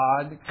God